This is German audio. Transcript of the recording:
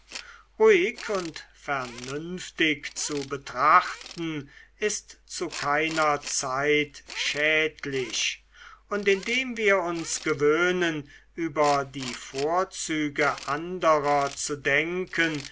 ruhig und vernünftig zu betrachten ist zu keiner zeit schädlich und indem wir uns gewöhnen über die vorzüge anderer zu denken